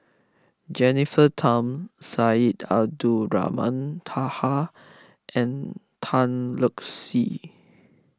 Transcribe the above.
Jennifer Tham Syed Abdulrahman Taha and Tan Lark Sye